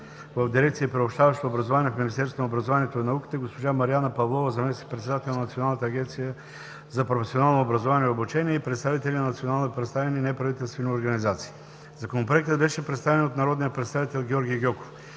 в Дирекция „Приобщаващо образование“ в Министерството на образованието и науката, госпожа Марияна Павлова – заместник-председател на Националната агенция за професионално образование и обучение, и представители на национално представени неправителствени организации. Законопроектът беше представен от народния представител Георги Гьоков.